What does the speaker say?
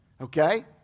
okay